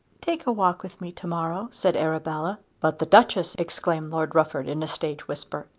take a walk with me to-morrow, said arabella. but the duchess? exclaimed lord rufford in a stage whisper.